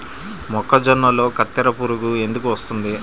మొక్కజొన్నలో కత్తెర పురుగు ఎందుకు వస్తుంది?